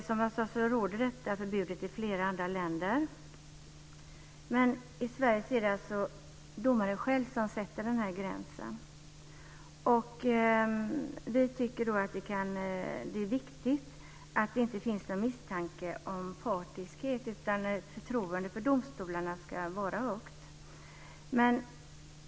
Som jag sade råder detta förbud i flera andra länder. Men i Sverige är det alltså domaren själv som sätter gränsen. Vi tycker att det är viktigt att det inte finns någon misstanke om partiskhet, utan förtroendet för domstolarna ska vara högt.